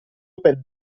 open